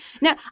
Now